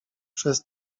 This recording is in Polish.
przez